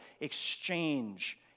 exchange